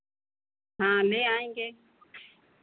हाँ ले आएंगे